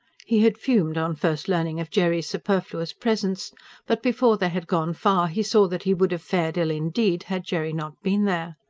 he had fumed on first learning of jerry's superfluous presence but before they had gone far he saw that he would have fared ill indeed, had jerry not been there.